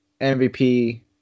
MVP